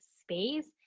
space